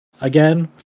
again